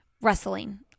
wrestling